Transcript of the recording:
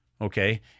okay